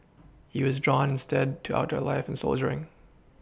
he was drawn instead to outdoor life and soldiering